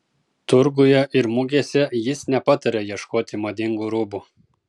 turguje ir mugėse jis nepataria ieškoti madingų rūbų